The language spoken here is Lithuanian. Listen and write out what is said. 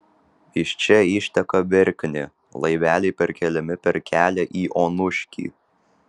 iš čia išteka verknė laiveliai perkeliami per kelią į onuškį